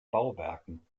bauwerken